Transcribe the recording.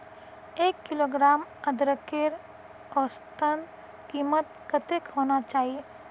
एक किलोग्राम अदरकेर औसतन कीमत कतेक होना चही?